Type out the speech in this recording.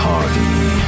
Harvey